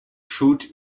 shoot